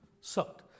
sucked